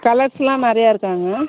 கலர்ஸ்லாம் நிறைய இருக்காங்க